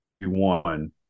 One